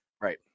Right